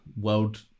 world